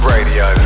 Radio